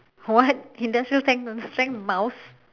what industrial strength strength mouse